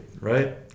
right